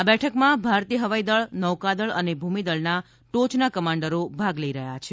આ બેઠકમાં ભારતીય હવાઈદળ નૌકાદળ અને ભૂમિ દળના ટોચના કમાન્ડરો ભાગ લઈ રહ્યા છે